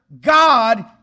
God